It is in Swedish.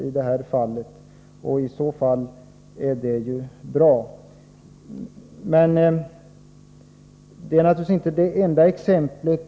I så fall är det bra. Men detta är naturligtvis inte det enda exemplet.